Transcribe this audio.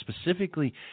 specifically